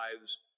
lives